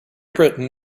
britain